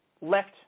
left